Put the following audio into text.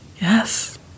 Yes